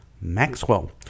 Maxwell